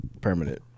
permanent